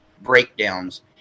breakdowns